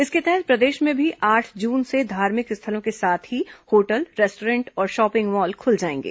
इसके तहत प्रदेश में भी आठ जून से धार्मिक स्थलों के साथ ही होटल रेस्टॉरेंट और शॉपिंग मॉल खुल जाएंगे